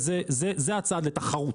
וזה הצעד לתחרות.